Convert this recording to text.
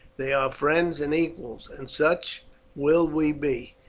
they are friends and equals, and such will we be.